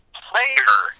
player